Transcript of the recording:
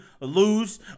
lose